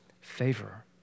favor